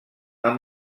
amb